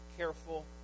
Careful